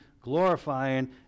glorifying